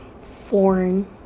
foreign